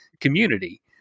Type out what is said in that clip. community